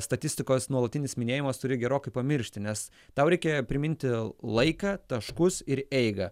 statistikos nuolatinis minėjimas turi gerokai pamiršti nes tau reikia priminti laiką taškus ir eigą